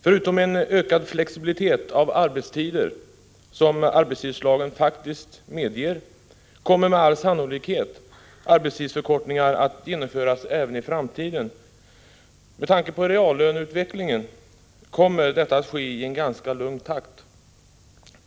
Förutom att det troligen blir en ökad flexibilitet när det gäller arbetstider, vilket arbetstidslagen faktiskt medger, kommer med all sannolikhet arbetstidsförkortningar att genomföras även i framtiden. Med tanke på reallöneutvecklingen lär det dock ske i en ganska lugn takt.